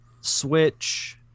switch